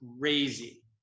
crazy